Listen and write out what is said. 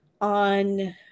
on